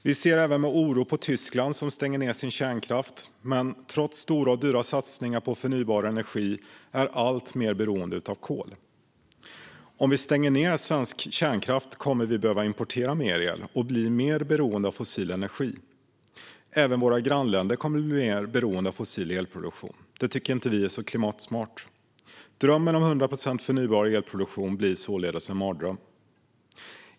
Vi ser även med oro på Tyskland som stänger ned sin kärnkraft men som trots stora och dyra satsningar på förnybar energi är alltmer beroende av kol. Om vi stänger ned svensk kärnkraft kommer vi att behöva importera mer el och bli mer beroende av fossil energi. Även våra grannländer kommer att bli mer beroende av fossil elproduktion. Det tycker vi inte är så klimatsmart. Drömmen om 100 procent förnybar elproduktion blir således en mardröm.